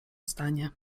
stanie